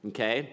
Okay